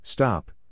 stop